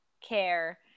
care